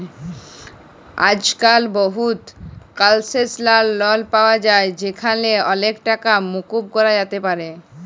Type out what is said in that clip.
আইজক্যাল বহুত কলসেসলাল লন পাওয়া যায় যেখালে অলেক টাকা মুকুব ক্যরা যাতে পারে